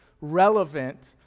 relevant